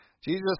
Jesus